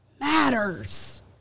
matters